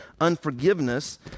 unforgiveness